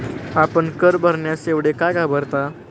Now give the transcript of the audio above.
आपण कर भरण्यास एवढे का घाबरता?